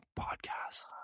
podcast